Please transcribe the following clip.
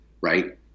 right